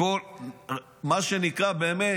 כל מה שנקרא באמת,